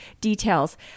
details